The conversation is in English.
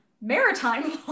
maritime